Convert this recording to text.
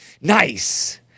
nice